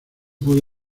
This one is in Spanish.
pude